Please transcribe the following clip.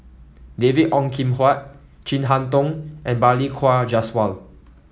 David Ong Kim Huat Chin Harn Tong and Balli Kaur Jaswal